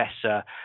Professor